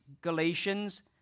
Galatians